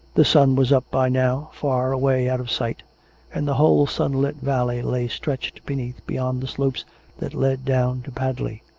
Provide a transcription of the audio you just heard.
the sun was up by now, far away out of sight and the whole sunlit valley lay stretched beneath beyond the slopes that led down to padley.